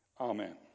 Amen